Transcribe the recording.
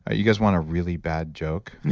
ah you guys want a really bad joke?